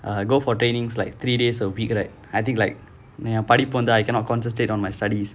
err go for trainings like three days a week right I think like ஏன் படிப்பு வந்து:yaen padippu vanthu I cannot concentrate on my studies